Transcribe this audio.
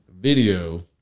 video